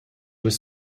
was